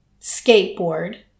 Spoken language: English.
skateboard